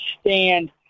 stand